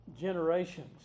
generations